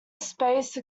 space